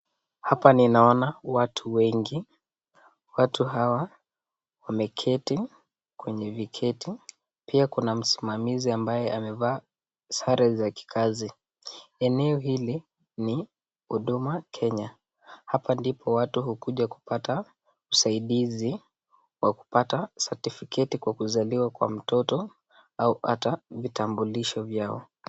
Hapa ninaona watu wengi. Watu hawa wameketi kwenye viketi. Pia kuna msimamizi ambaye amevaa sare za kikazi. Eneo hili ni Huduma Kenya. Hapa ndipo watu hukujia kupata usaidizi wa kupata certificate za kuzaliwa kwa mtoto au hata vitambulisho vyao.